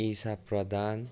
इसा प्रधान